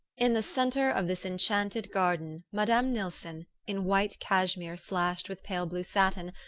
in the centre of this enchanted garden madame nilsson, in white cashmere slashed with pale blue satin,